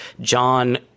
John